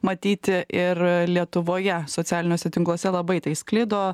matyti ir lietuvoje socialiniuose tinkluose labai tai sklido